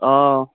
অঁ